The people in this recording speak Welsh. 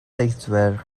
deithwyr